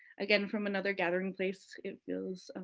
again, from another gathering place, if feels,